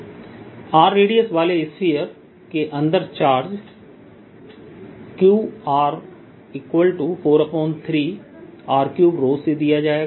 r radius वाले इस sphere के अंदर चार्ज Qr4π3r3 से दिया जाएगा